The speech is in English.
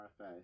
rfa